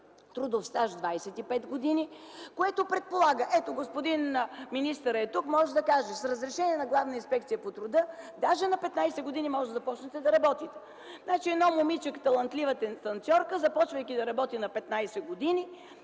трудов стаж от 25 години, което предполага друго. Ето, господин министърът е тук, може да каже – с разрешение на Главна инспекция по труда, даже на 15 години можете да започнете да работите. Значи, едно момиче – талантлива танцьорка, започвайки да работи на 15 години,